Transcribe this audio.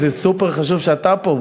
זה סופר-חשוב שאתה פה,